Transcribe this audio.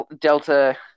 Delta